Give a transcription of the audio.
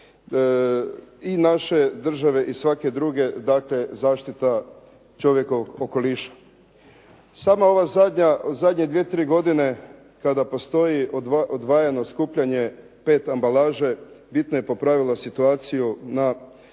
i naše države i svake druge, dakle zaštita čovjekovog okoliša. Sama ova zadnja, zadnje dvije, tri godine kada postoji odvojeno skupljanje PET ambalaže bitno je popravilo situaciju na